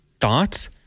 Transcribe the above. Thoughts